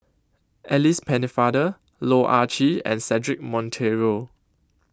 Alice Pennefather Loh Ah Chee and Cedric Monteiro